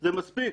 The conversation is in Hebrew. זה מספיק.